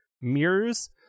mirrors